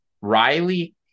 Riley